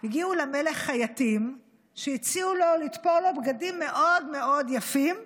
הגיעו למלך חייטים והציעו לו לתפור לו בגדים מאוד מאוד יפים,